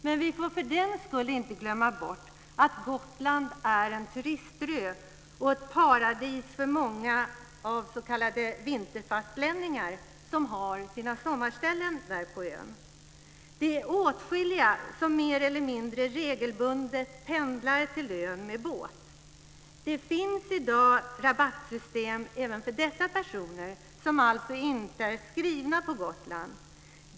Men för den skull får vi inte glömma bort att Gotland är en turistö och ett paradis för många s.k. vinterfastlänningar som har sina sommarställen på ön. Åtskilliga personer pendlar mer eller mindre regelbundet till ön med båt. I dag finns det rabattsystem även för dessa personer, som alltså inte är skrivna på Gotland.